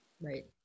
right